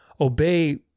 obey